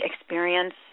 experience